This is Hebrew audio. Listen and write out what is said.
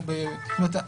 זאת אומרת,